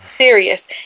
serious